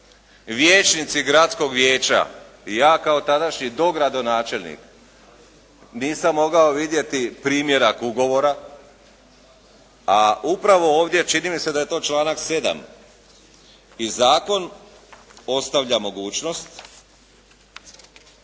vijećnici Gradskog vijeća i ja kao tadašnji dogradonačelnik nisam mogao vidjeti primjerak ugovora a upravo ovdje čini mi se da je to članak 7. i zakon ostavlja mogućnost